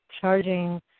Charging